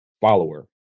follower